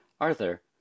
Arthur